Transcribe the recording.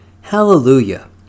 hallelujah